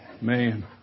Man